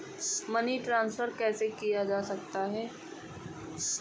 Money transfer कैसे किया जा सकता है?